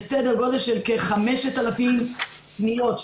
יש סדר גודל של כ-5,000 פניות,